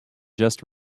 just